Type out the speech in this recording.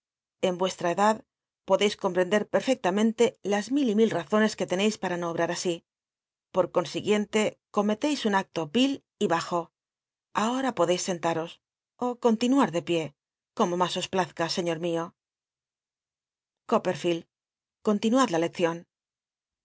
en mcstra edad podeis comprender pcl'fectamenle las mil y mil ra zones que teneis para no obt u así por consiguiente comelcis un acto vi l y bajo ahora podeis sentaros ó conlinuat de pié como mas os plazca señot mio copperfield continuad la leccion